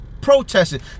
protesting